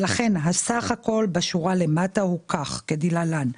לכן הסך הכל בשורה למטה הוא כדלהלן: